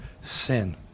sin